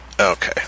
Okay